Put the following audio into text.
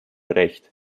recht